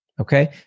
okay